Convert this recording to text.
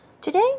Today